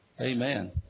Amen